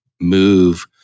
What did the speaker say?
move